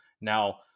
Now